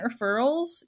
referrals